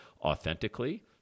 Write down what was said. authentically